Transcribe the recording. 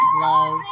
Love